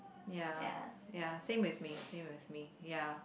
ya ya same with me same with me ya